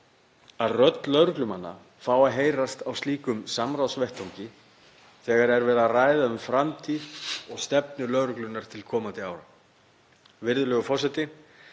að rödd lögreglumanna fái að heyrast á slíkum samráðsvettvangi þegar verið er að ræða um framtíð og stefnu lögreglunnar til komandi ára. Virðulegur forseti.